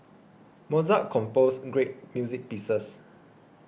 Mozart composed great music pieces